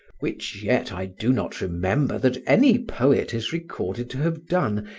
which yet i do not remember that any poet is recorded to have done,